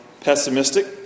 pessimistic